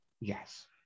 Yes